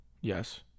Yes